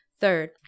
Third